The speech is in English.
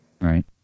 right